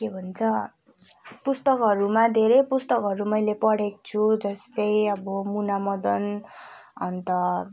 के भन्छ पुस्तकहरूमा धेरै पुस्तकहरू मैले पढेको छु जस्तै अब मुना मदन अन्त